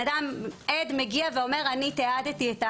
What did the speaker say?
עד מגיע ואומר: אני תיעדתי את העבירה,